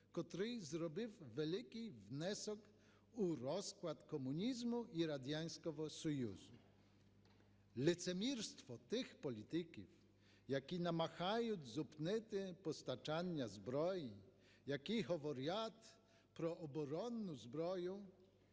який зробив великий внесок у розпад комунізму і Радянського Союзу. Лицемірство тих політиків, які намагаються зупинити постачання зброї, які говорять про оборонну зброю,